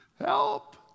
Help